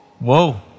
whoa